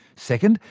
second,